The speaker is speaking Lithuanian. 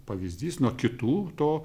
pavyzdys nuo kitų to